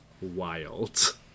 wild